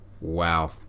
Wow